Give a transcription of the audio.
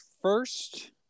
first